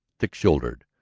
thick-shouldered,